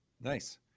Nice